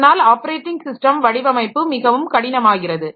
அதனால் operating system வடிவமைப்பு மிகவும் கடினமாகிறது